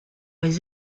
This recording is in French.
les